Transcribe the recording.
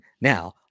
now